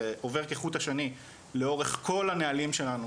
זה עובר כחוט השני לאורך כל הנהלים שלנו,